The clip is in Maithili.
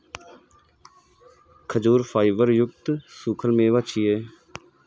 खजूर फाइबर युक्त सूखल मेवा छियै